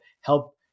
help